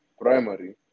primary